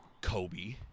Kobe